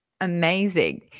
amazing